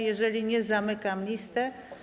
Jeżeli nie, zamykam listę.